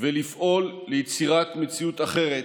ולפעול ליצירת מציאות אחרת,